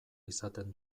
izaten